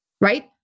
Right